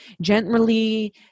gently